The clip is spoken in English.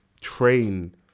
train